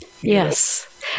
Yes